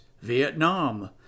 Vietnam